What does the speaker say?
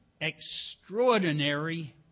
Extraordinary